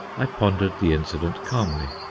i pondered the incident calmly.